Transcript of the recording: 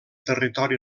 territori